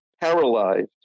paralyzed